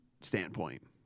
standpoint